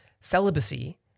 Celibacy